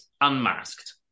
Unmasked